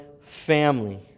family